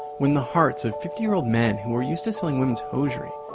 when the hearts of fifty year old men, who were used to selling women's hosiery,